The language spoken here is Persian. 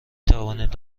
توانید